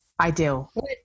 ideal